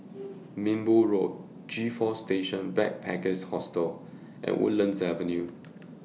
Minbu Road G four Station Backpackers Hostel and Woodlands Avenue